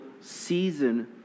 season